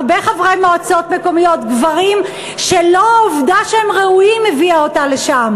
הרבה חברי מועצות מקומיות גברים שלא העובדה שהם ראויים הביאה אותם לשם.